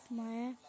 Maya